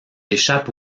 échappe